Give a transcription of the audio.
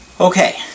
Okay